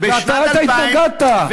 אתה התנגדת.